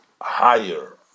higher